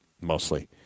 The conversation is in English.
mostly